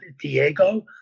Diego